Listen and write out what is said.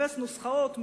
לחפש נוסחאות,